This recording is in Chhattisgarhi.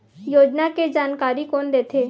योजना के जानकारी कोन दे थे?